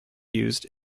used